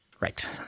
Right